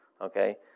Okay